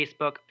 Facebook